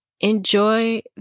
Enjoy